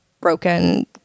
broken